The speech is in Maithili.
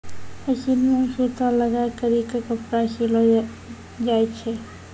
मशीन मे सूता लगाय करी के कपड़ा सिलो जाय छै